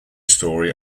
story